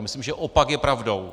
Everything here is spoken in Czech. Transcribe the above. Myslím, že opak je pravdou.